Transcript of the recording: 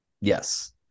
Yes